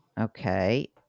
Okay